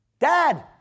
Dad